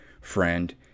friend